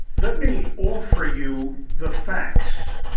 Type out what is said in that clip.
let me offer you the facts,